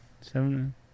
Seven